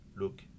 look